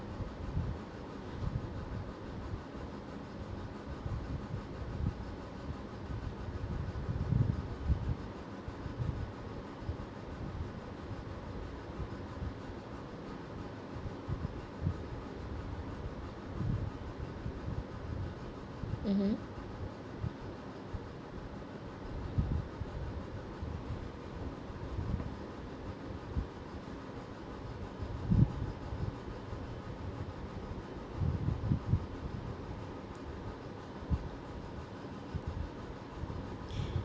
mmhmm